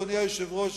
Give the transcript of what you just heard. אדוני היושב-ראש,